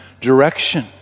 direction